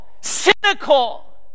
cynical